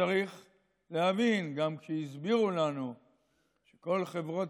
צריך להבין: גם כשהסבירו לנו שכל חברות